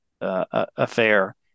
affair